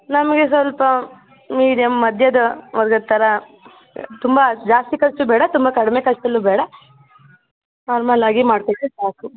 ನಮಗೆ ಸ್ವಲ್ಪ ಮೀಡಿಯಂ ಮಧ್ಯದ ವರ್ಗದ ಥರ ತುಂಬ ಜಾಸ್ತಿ ಖರ್ಚು ಬೇಡ ತುಂಬ ಕಡಿಮೆ ಖರ್ಚಲ್ಲೂ ಬೇಡ ನಾರ್ಮಲಾಗಿ ಮಾಡಬೇಕಂತ ಆಸೆ